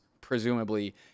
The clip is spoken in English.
presumably